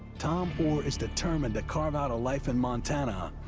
tom oar is determined to carve out a life in montana,